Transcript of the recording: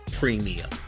premium